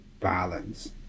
balance